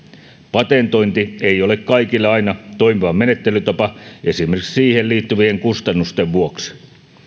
patentointi ei ole kaikille aina toimiva menettelytapa esimerkiksi siihen liittyvien kustannusten vuoksi